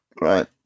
Right